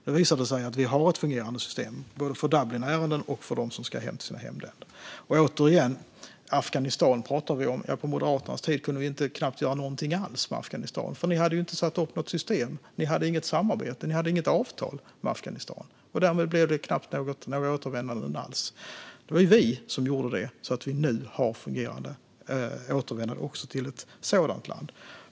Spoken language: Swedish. Det har visat sig att vi har ett fungerande system, både för Dublinärenden och för dem som ska hem till sina hemländer. Afghanistan pratar vi återigen om. På Moderaternas tid kunde vi knappt göra någonting alls med Afghanistan, för ni hade inte satt upp något system. Ni hade inget samarbete. Ni hade inget avtal med Afghanistan. Därmed blev det knappt några återvändanden alls. Det var vi som gjorde det. Nu har vi ett fungerande återvändande också till ett sådant land.